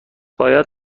باید